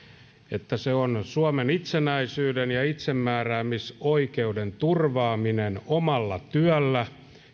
se on suomen itsenäisyyden ja itsemääräämisoikeuden turvaaminen omalla työllä